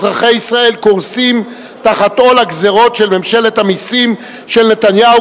אזרחי ישראל קורסים תחת עול הגזירות של ממשלת המסים של נתניהו",